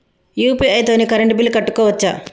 UPI తోని current bill కట్టుకోవచ్ఛా?